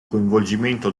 coinvolgimento